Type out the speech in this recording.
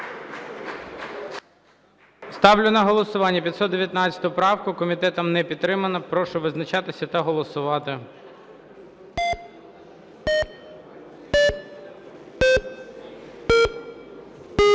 Ставлю на голосування 522 правку. Комітет не підтримав. Прошу визначатись та голосувати.